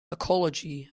ecology